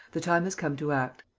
the time has come to act.